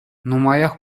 нумаях